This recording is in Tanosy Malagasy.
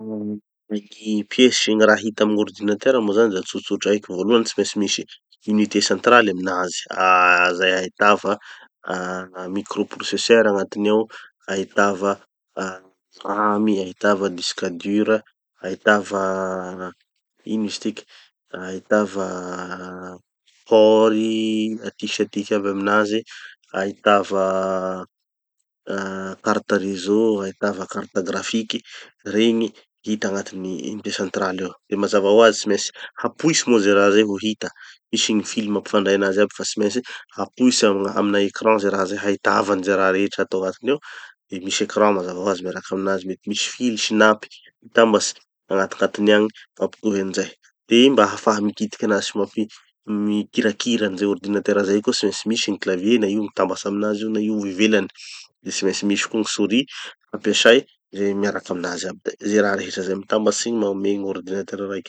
gny pieces sy gny raha hita amy gn'ordinateur moa zany da tsotsotra heky. Voalohany tsy maintsy misy unité centrale aminazy, ah zay ahitava micro-processeur agnatiny ao, ahitava ah RAM, ahitava disque dur, ahitava ino izy tiky, ahitava ports aty sy atiky aby aminazy, ahitava carte réseau, ahitava carte graphique, regny tsy hita agnatin'ny unité centrale ao. De mazava hoazy tsy maintsy hapoitsy moa ze raha zay ho hita, misy gny fils mampifandray anazy aby fa tsy maintsy hapoitsy amina ecran ze raha zay hahitava anze raha rehetra hatao agnatiny ao. De misy ecran mazava hoazy miaraky aminazy. Mety misy fils sy nappes mitambatsy agnatignatiny agny mampitohy anizay. De mba hahafaha mikitiky anazy sy mampi- mikirakira anizay ordinateur zay koa tsy maintsy misy gny clavier na io mitambatsy aminazy io na io ivelany de tsy maintsy misy koa gny souris hampiasay ze miaraky aminazy aby da ze raha rehetra zay mitambatsy no manome gn'ordinateur raiky.